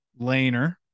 Laner